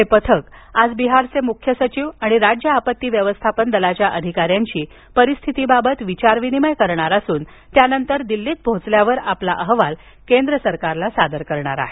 हे पथक आज बिहारचे मुख्य सचिव आणि राज्य आपत्ती व्यवस्थापन दलाच्या अधिकाऱ्यांशी परिस्थितीबाबत विचारविनिमय करणार असून त्यानंतर दिल्लीत पोहोचल्यावर आपला अहवाल केंद्र सरकारला सादर करणार आहे